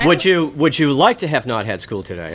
to what you would you like to have not had school today